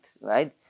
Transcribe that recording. right